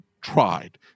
tried